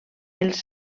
els